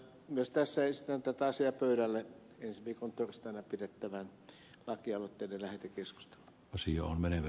myös tässä esitän tätä asiaa pöydälle ensi viikon torstaina pidettävään lakialoitteiden lääkitys visioon menevä